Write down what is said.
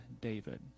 David